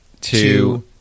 two